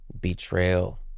betrayal